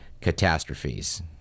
catastrophes